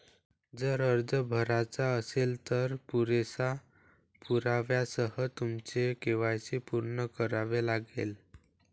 जर अर्ज भरायचा असेल, तर पुरेशा पुराव्यासह तुमचे के.वाय.सी पूर्ण करावे लागेल